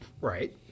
Right